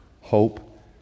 Hope